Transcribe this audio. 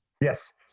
Yes